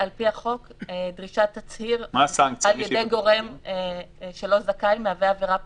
על פי החוק דרישת תצהיר על ידי גורם שלא זכאי מהווה עבירה פלילית,